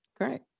great